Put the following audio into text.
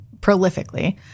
prolifically